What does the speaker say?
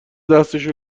دستشو